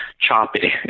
choppy